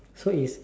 so is